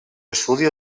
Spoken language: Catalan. estudis